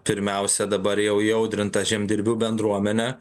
pirmiausia dabar jau įaudrintą žemdirbių bendruomenę